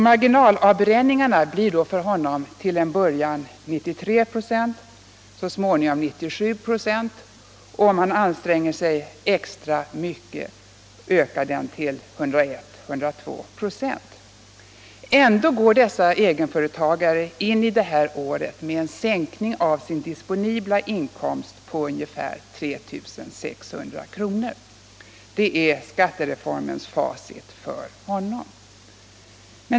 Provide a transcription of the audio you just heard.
Marginalavbränningarna blir då för honom till en början ca 93 96, så småningom 97 96. Anstränger han sig extra mycket ökar de till 101 eller 102 26. Ändå går denne egenföretagare in i det här året med en sänkning av sin disponibla inkomst med ungefär 3 600 kr. Det är skattereformens facit för honom.